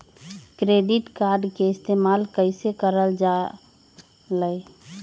Credit card के इस्तेमाल कईसे करल जा लई?